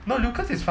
no lucas is